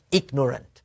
ignorant